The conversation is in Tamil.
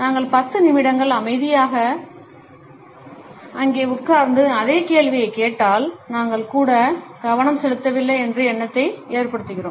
நாங்கள் பத்து நிமிடங்கள் அமைதியாக அங்கே உட்கார்ந்து அதே கேள்வியைக் கேட்டால் நாங்கள் கூட கவனம் செலுத்தவில்லை என்ற எண்ணத்தை ஏற்படுத்துகிறோம்